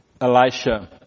Elisha